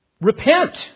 Repent